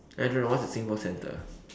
I don't know what's at Singpost centre